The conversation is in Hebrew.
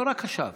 לא רק עכשיו,